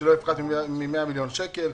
שלא יפחת מ-100 מיליון שקל.